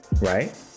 right